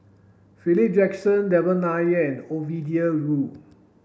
Philip Jackson Devan Nair and Ovidia Yu